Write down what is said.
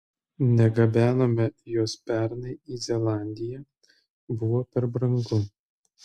negabenome jos pernai į zelandiją buvo per brangu